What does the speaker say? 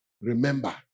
remember